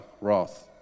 wrath